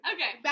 Okay